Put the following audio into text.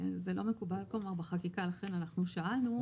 זה לא מקובל בחקיקה, ולכן אנחנו שאלנו.